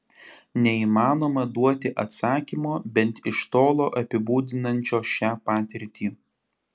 neįmanoma duoti atsakymo bent iš tolo apibūdinančio šią patirtį